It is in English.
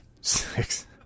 six